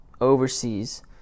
overseas